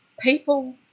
people